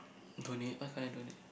donate why can't I donate